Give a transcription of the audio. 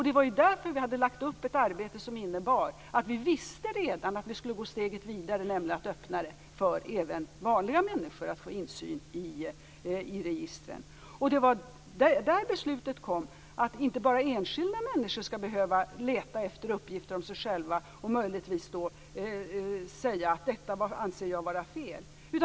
Det var därför vi hade lagt upp ett arbete som innebar att vi redan visste att vi skulle gå steget vidare, nämligen att öppna även för vanliga människor att få insyn i registren. Det var då beslutet kom att inte bara enskilda människor skall få rätt att leta efter uppgifter efter sig själva och möjligtvis säga: Detta anser jag var fel.